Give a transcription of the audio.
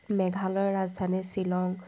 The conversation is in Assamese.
মেঘালয়ৰ ৰাজধানী শ্বিলং